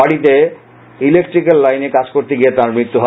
বাডিতে ইলেকট্রিকের লাইনে কাজ করতে গিয়ে তার মৃত্যু হয়